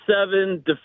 seven